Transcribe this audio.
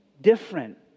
different